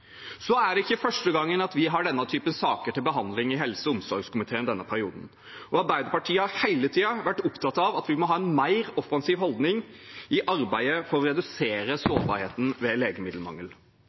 er ikke første gang vi har denne typen saker til behandling i helse- og omsorgskomiteen denne perioden. Arbeiderpartiet har hele tiden vært opptatt av at vi må ha en mer offensiv holdning i arbeidet for å redusere